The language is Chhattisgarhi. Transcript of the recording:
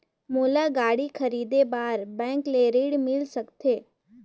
मोला गाड़ी खरीदे बार बैंक ले ऋण मिल सकथे?